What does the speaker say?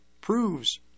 proves